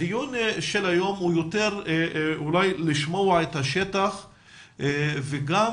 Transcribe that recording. הדיון היום נועד כדי לשמוע את השטח וגם